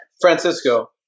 Francisco